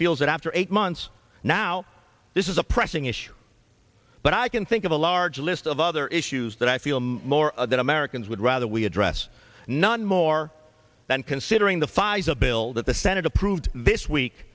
feels that after eight months now this is a pressing issue but i can think of a large list of other issues that i feel more that americans would rather we address none more than considering the five is a bill that the senate approved this week